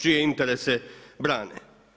Čije interese brane?